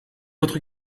votre